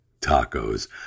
tacos